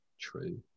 True